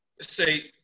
say